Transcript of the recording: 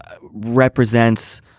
represents